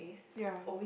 ya